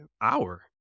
hour